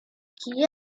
qui